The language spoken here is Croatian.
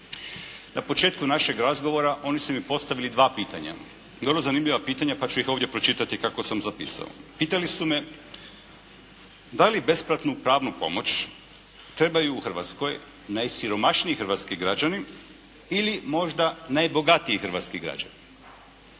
Na početku našeg razgovora oni su mi postavili dva pitanja, vrlo zanimljiva pitanja pa ću ih ovdje pročitati kako sam zapisao. Pitali su me da li besplatnu pravnu pomoć trebaju u Hrvatskoj najsiromašniji hrvatski građani ili možda najbogatiji hrvatski građani.